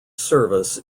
service